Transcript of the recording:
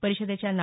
परिषदेच्या ना